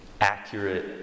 accurate